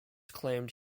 claimed